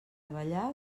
ballar